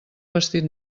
vestit